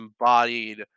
embodied